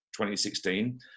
2016